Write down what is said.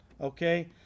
Okay